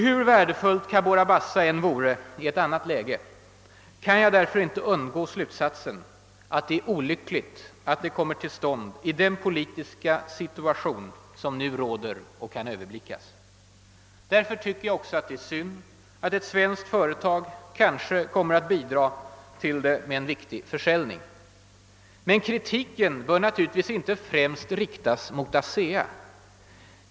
Hur värdefullt Cabora Bassa än vore i ett annat läge, kan jag därför inte undgå slutsatsen att det är olyckligt att kraftverket kommer till stånd i den politiska situation som nu råder och som kan överblickas. Därför tycker jag också att det är synd att ett svenskt företag kanske kommer att bidra till det med viktiga leveranser. Men kritiken bör naturligtvis inte främst riktas mot ASEA.